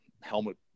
helmet